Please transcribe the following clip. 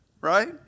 Right